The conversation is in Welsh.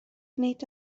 nid